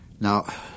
Now